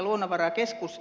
luonnonvarakeskus